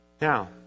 Now